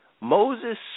Moses